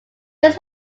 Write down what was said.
his